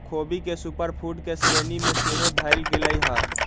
ख़ोबी के super food के श्रेणी में सेहो धयल गेलइ ह